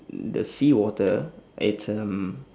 the seawater it's um